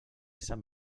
sant